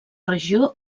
regió